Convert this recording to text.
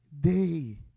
Day